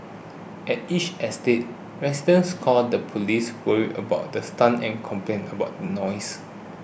at each estate residents called the police worried about the stunts and complaining about the noise